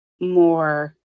more